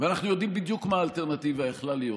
ואנחנו יודעים בדיוק מה האלטרנטיבה יכלה להיות.